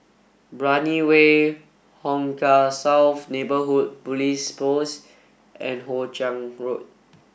Brani Way Hong Kah South Neighbourhood Police Post and Hoe Chiang Road